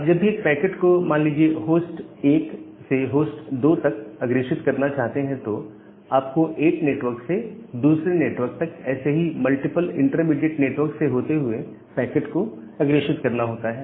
आप जब भी एक पैकेट को मान लीजिए होस्ट 1 से होस्ट 2 तकअग्रेषित करना चाहते हैं तो आपको एक नेटवर्क से दूसरे नेटवर्क तक ऐसे ही मल्टीपल इंटरमीडिएट नेटवर्क से होते हुए पैकेट को अग्रेषित करना होता है